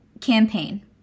Campaign